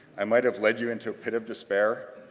i might have led you into a pit of despair.